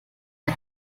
der